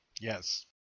yes